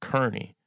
Kearney